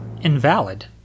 invalid